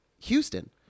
Houston